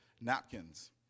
napkins